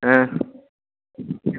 अं